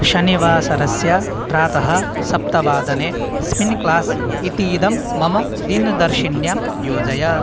शनिवासरस्य प्रातः सप्तवादने spin class इतीदं मम दिनदर्शिन्यां योजय